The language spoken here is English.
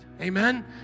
Amen